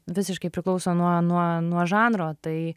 visiškai priklauso nuo nuo nuo žanro tai